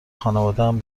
خانوادهام